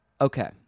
okay